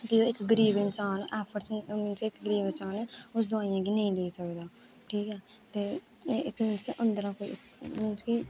कि गरीब इक इंसान ऐफर्टस नेईं मतलब कि गरीब इंसान उस दोआइयां नेईं लेई सकदा ठीक ऐ ते इक अंदरा कोई मींस कि